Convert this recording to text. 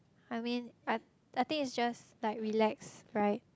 I mean I I think it's just like relax right